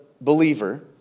believer